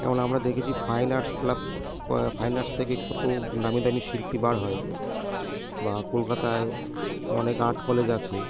যেমন আমরা দেখেছি fine arts club fine arts থেকে কত নামী দামি শিল্পী বার হয় বা কলকাতায় অনেক আর্ট কলেজ আছে